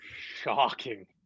shocking